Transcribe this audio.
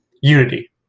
Unity